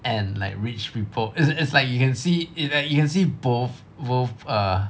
and like rich people it~ it's like you can see it~ you can see both both err